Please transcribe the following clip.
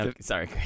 Sorry